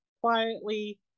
quietly